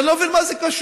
אני לא מבין, מה זה קשור?